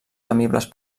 temibles